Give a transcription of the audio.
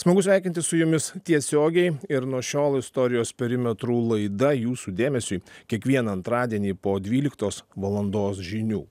smagu sveikintis su jumis tiesiogiai ir nuo šiol istorijos perimetrų laida jūsų dėmesiui kiekvieną antradienį po dvyliktos valandos žinių